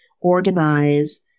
organize